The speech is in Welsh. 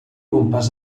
gwmpas